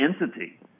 entity